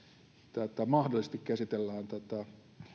mahdollisesti käsitellään tätä